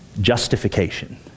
Justification